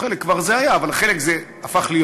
חלק כבר היה, אבל חלק הפך להיות.